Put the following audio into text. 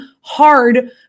hard